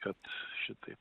kad šitaip